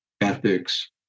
ethics